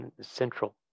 central